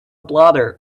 blotter